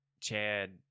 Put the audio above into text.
Chad